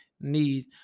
need